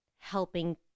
helping